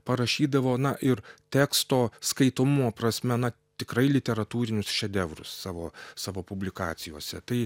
parašydavo na ir teksto skaitomumo prasme na tikrai literatūrinius šedevrus savo savo publikacijose tai